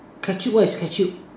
catch you what's a catch you